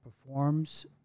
performs –